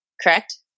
correct